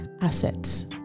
assets